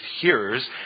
hearers